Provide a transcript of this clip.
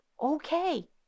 okay